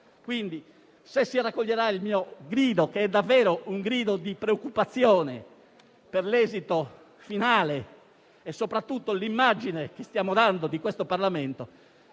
Se non si raccoglierà il mio grido, che è davvero un grido di preoccupazione per l'esito finale e soprattutto per l'immagine che stiamo dando di questo Parlamento,